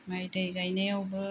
माय दै गायनायावबो